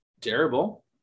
terrible